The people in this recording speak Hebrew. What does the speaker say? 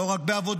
לא רק בעבודה,